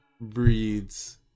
breeds